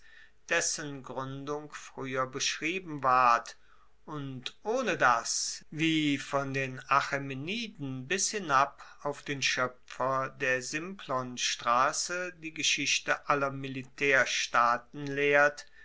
dessen gruendung frueher beschrieben ward und ohne das wie von den achaemeniden bis hinab auf den schoepfer der simplonstrasse die geschichte aller militaerstaaten lehrt